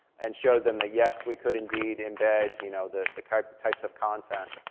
and showed them that yes, we could indeed embed you know the the kind of types of content.